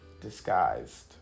disguised